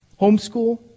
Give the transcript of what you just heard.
Homeschool